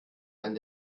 ein